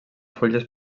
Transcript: fulles